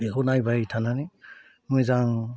बेखौ नायबाय थानानै मोजां